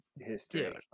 history